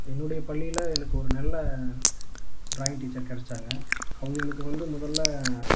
என்னுடைய பள்ளியில் எனக்கு ஒரு நல்ல ட்ராயிங் டீச்சர் கிடச்சாங்க அவங்க எனக்கு வந்து முதலில்